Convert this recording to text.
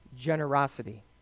generosity